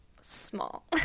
small